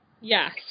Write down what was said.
Yes